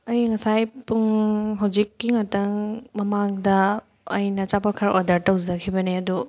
ꯑꯩ ꯉꯁꯥꯏ ꯄꯨꯡ ꯍꯧꯖꯤꯛꯀꯤ ꯉꯥꯛꯇꯪ ꯃꯃꯥꯡꯗ ꯑꯩꯅ ꯑꯆꯥꯄꯣꯠ ꯈꯔ ꯑꯣꯗꯔ ꯇꯧꯖꯈꯤꯕꯅꯦ ꯑꯗꯨ